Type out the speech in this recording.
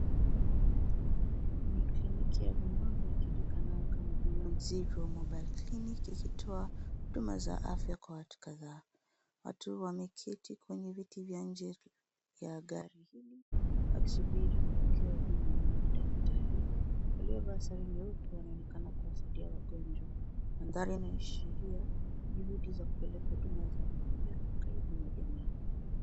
Ni kliniki ya rununu ijulikanayo kama Beyond Zero Mobile Clinic. Ikitoa huduma za afya kwa watu kadhaa. Watu wameketi kwenye viti vya nje ya gari hii wakisubiri kupokea huduma ya madaktari waliovaa sare nyeupe wanaonekana kuwasaidia kwa ugonjwa. Mandhari yana ashiria juhudi za kupeleka huduma za afya karibu na jamii.